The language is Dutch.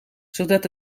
zodat